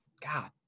God